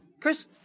Chris